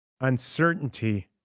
uncertainty